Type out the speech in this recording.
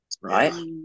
right